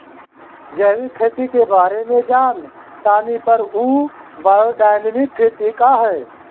जैविक खेती के बारे जान तानी पर उ बायोडायनमिक खेती का ह?